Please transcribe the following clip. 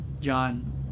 John